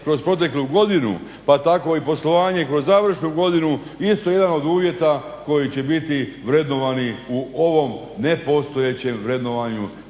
kroz proteklu godinu pa tako i poslovanje kroz završnu godinu isto jedan od uvjeta koji će biti vrednovani u ovom nepostojećem vrednovanju